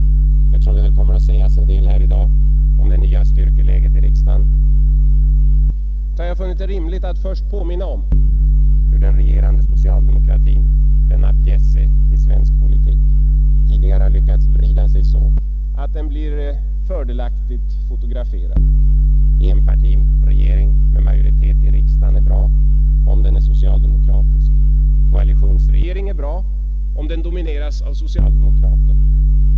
Eftersom det väl kommer att sägas en del här i dag om det nya styrkeläget i riksdagen, har jag funnit det rimligt att först påminna om hur den regerande socialdemokratin, denna bjässe i svensk politik, alltid lyckats vrida sig så att den blivit fördelaktigt fotograferad. Enpartiregering med majoritet i riksdagen är bra, om den är socialdemokratisk. Koalitionsregering är bra, om den domineras av socialdemokrater.